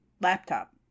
laptop